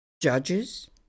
judges